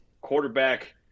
quarterback –